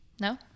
No